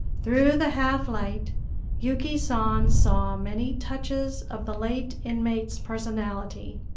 through the half-light yuki san saw many touches of the late inmate's personality.